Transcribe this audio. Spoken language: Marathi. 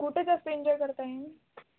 कुठं जास्त एन्जॉय करता येईल